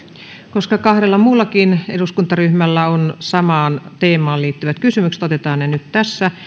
koska kahdella muullakin eduskuntaryhmällä on samaan teemaan liittyvät kysymykset otetaan ne nyt tässä